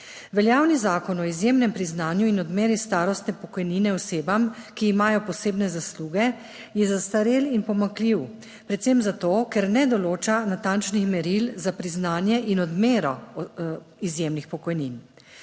Veljavni zakon o izjemnem priznanju in odmeri starostne pokojnine osebam, ki imajo posebne zasluge, je zastarel in pomanjkljiv predvsem zato, ker ne določa natančnih meril za priznanje in odmero izjemnih pokojnin.